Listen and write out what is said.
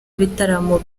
ibitaramo